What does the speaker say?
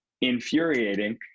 infuriating